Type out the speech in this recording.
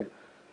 כן.